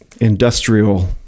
industrial